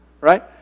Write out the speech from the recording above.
Right